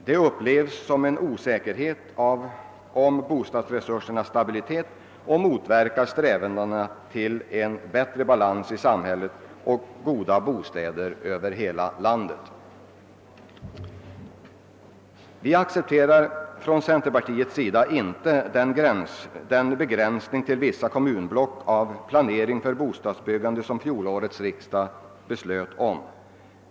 Det upplevs som en osäkerhet om bo stadsbyggnadsresursernas stabilitet och motverkar strävandena till en bättre balans i samhället och goda bostäder över hela landet. Från centerpartiets sida accepterade vi inte den begränsning till vissa kommunblock av planeringen för byggandet som fjolårets riksdag beslöt om.